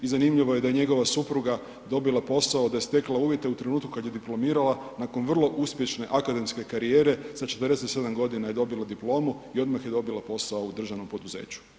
I zanimljivo je da je njegova supruga dobila posao da je stekla uvjete u trenutku kada je diplomirala nakon vrlo uspješne akademske karijere sa 47 godina je dobila diplomu i odmah je dobila posao u državnom poduzeću.